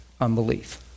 unbelief